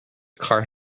car